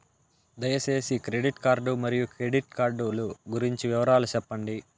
దయసేసి credit card మరియు credit card లు గురించి వివరాలు సెప్పండి?